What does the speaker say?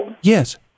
Yes